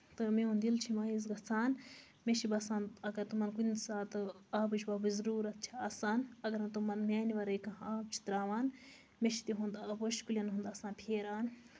تہٕ میون دِل چھُ مایوٗس گژھان مےٚ چھُ باسان اَگر تِمَن کُنہِ ساتہٕ آبٕچ وابٕچ ضروٗرت چھِ آسان اَگر نہٕ تِمن میانہِ وَرٲے کانٛہہ آب چھُ تراوان مےٚ چھُ تِہُنٛد پوشہٕ کُلٮ۪ن ہُنٛد آسان پھیران